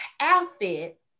outfit